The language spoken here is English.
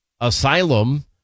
asylum